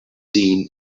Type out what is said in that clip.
seen